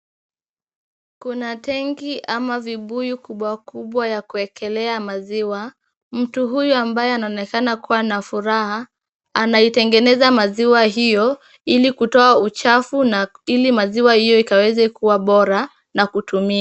Kuna tenki ama vibuyu kubwa kubwa vya kuwekelea maziwa . Mtu huyu ambaye anaonekana kuwa na furaha anaitengeneza maziwa hiyo ili kutoa uchafu na ili maziwa hiyo ikaweze kuwa bora na kutumia.